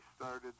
started